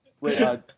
Wait